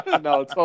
No